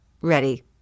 ready